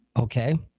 okay